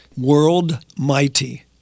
Worldmighty